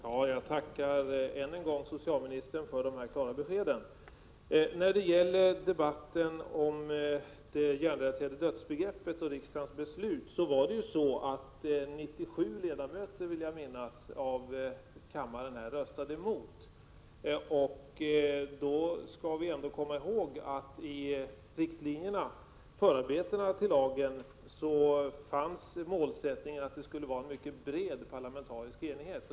Herr talman! Jag tackar socialministern än en gång för dessa klara besked. I fråga om hjärnrelaterade dödskriterier var det, om jag minns rätt, 97 ledamöter som röstade mot beslutet. Då skall vi också komma ihåg att det i förarbetena till lagen fanns en målsättning att det skulle finnas en mycket bred parlamentarisk enighet.